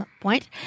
point